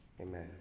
Amen